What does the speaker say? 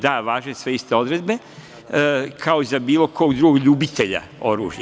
Da, važe sve iste odredbe kao i za bilo kog drugog ljubitelja oružja.